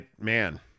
man